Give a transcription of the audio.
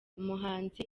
umuhanzi